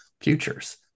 futures